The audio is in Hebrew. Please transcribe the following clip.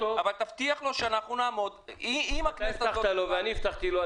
אבל תבטיח לו שאנחנו נעמוד --- אתה הבטחת לו ואני הבטחתי לו,